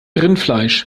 rindfleisch